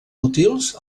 útils